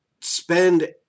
spend